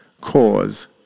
cause